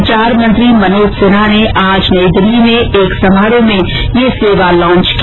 संचार मंत्री मनोज सिन्हा ने आज नई दिल्ली में एक समारोह में यह सेवा लांच की